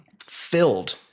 filled